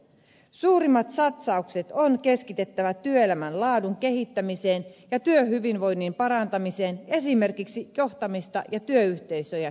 suurimmat satsaukset on keskitettävä työelämän laadun kehittämiseen ja työhyvinvoinnin parantamiseen esimerkiksi johtamista ja työyhteisöjä kehittämällä